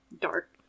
dark